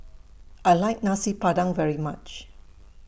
I like Nasi Padang very much